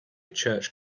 church